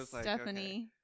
Stephanie